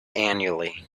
annually